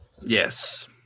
Yes